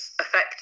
affect